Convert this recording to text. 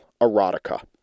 erotica